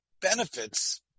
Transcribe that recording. benefits